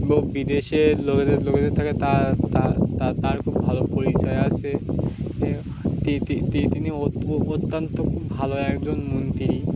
এবং বিদেশে লোকেদের থাকে তা তার খুব ভালো পরিচয় আছে তিনি অত্যন্ত খুব ভালো একজন মন্ত্রী